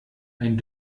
ein